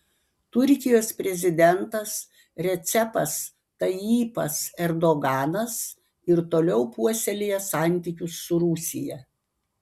turkijos prezidentas recepas tayyipas erdoganas ir toliau puoselėja santykius su rusija